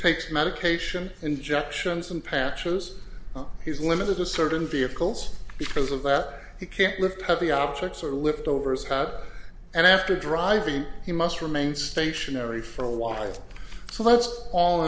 takes medication injections and patches he's limited to certain vehicles because of that he can't lift heavy objects or lift overs and after driving he must remain stationary for a while so that's all